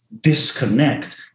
disconnect